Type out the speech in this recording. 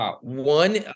one